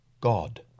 God